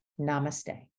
Namaste